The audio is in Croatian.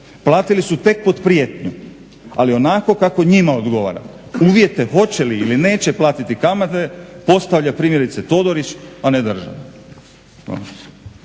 Platili su tek pod prijetnjom ali onako kako njima odgovara. Uvjete hoće li ili neće platiti kamate postavlja primjerice Todorić, a ne država.